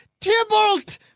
Tybalt